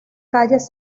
calles